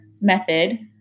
method